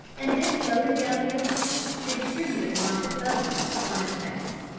and then floated down the ohio and distributed among the settlements upon its banks.